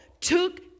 took